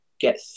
get